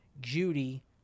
Judy